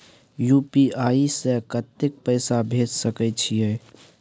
UPI से कत्ते पैसा भेज सके छियै?